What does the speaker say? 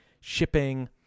shipping